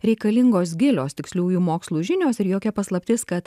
reikalingos gilios tiksliųjų mokslų žinios ir jokia paslaptis kad